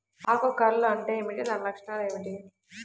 ఆకు కర్ల్ అంటే ఏమిటి? దాని లక్షణాలు ఏమిటి?